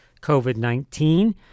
COVID-19